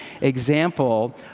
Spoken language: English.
example